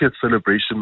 celebration